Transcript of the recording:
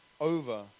over